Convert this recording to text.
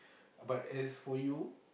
but as for you